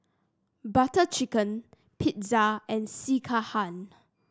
Butter Chicken Pizza and Sekihan